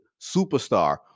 superstar